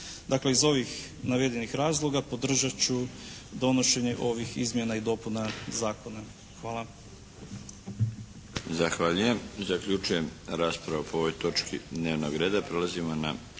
Dakle iz ovih navedenih razloga podržat ću donošenje ovih izmjena i dopuna zakona. Hvala.